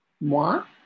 Moi